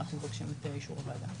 אנחנו מבקשים את אישור הוועדה.